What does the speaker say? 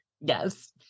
yes